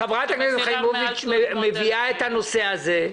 חברת הכנסת חיימוביץ' מביאה את הנושא הזה.